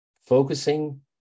focusing